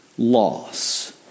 Loss